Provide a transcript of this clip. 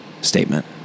statement